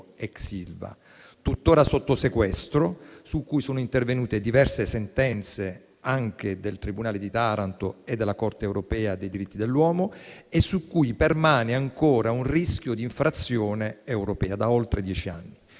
ex Ilva, tuttora sotto sequestro, su cui sono intervenute diverse sentenze, anche del tribunale di Taranto e della Corte europea dei diritti dell'uomo, e su cui permane ancora un rischio di infrazione europea da oltre dieci anni.